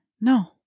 no